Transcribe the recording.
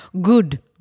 good